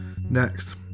next